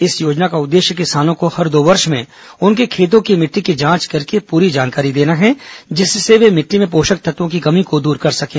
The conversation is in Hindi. इस योजना का उद्देश्य किसानों को हर दो वर्ष में उनके खेतों की मिट्टी की जांच करके पूरी जानकारी देना है जिससे वे मिट्टी में पोषक तत्वों की कमी को दूर कर सकें